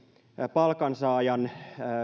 palkansaajan